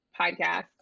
podcast